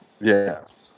Yes